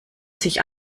sich